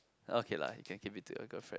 okay lah you can give it to your girlfriend